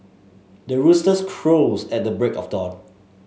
the roosters crows at the break of dawn